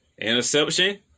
Interception